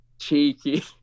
Cheeky